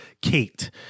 Kate